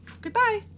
Goodbye